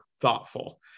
thoughtful